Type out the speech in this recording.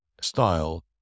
style